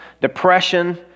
depression